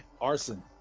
arson